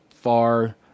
far